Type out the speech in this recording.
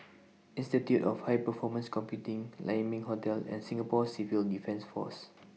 Institute of High Performance Computing Lai Ming Hotel and Singapore Civil Defence Force